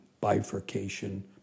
bifurcation